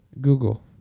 Google